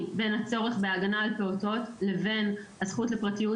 בין הצורך בהגנה על פעוטות לבין הזכות לפרטיות,